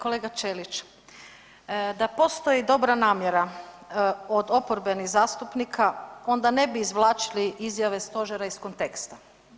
Kolega Ćelić, da postoji dobra namjera od oporbenih zastupnika onda ne bi izvlačili izjave stožera iz konteksta.